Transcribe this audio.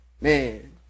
Man